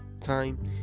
time